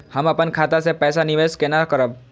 हम अपन खाता से पैसा निवेश केना करब?